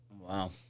Wow